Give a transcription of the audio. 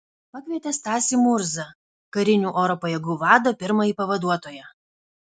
pakvietė stasį murzą karinių oro pajėgų vado pirmąjį pavaduotoją